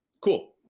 cool